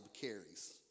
carries